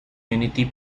unity